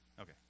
Okay